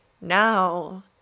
Now